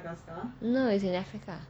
no as in africa